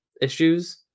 issues